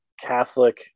catholic